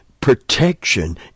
protection